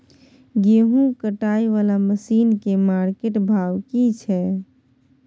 गेहूं कटाई वाला मसीन के मार्केट भाव की छै?